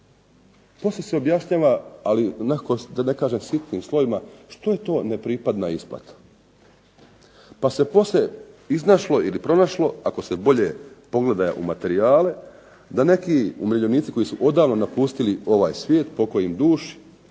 Poslije se objašnjava ali nekako da ne kažem sitnim slovima što je to nepripadna isplata, pa se poslije iznašlo ili pronašlo ako se bolje pogleda u materijale da neki umirovljenici koji su odavno napustili ovaj svijet, pokoj im duši,